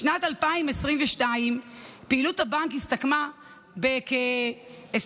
בשנת 2022 פעילות הבנק הסתכמה בכ-20.5